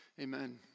Amen